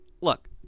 look